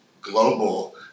global